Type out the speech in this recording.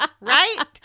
right